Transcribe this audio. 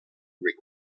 rick